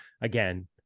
again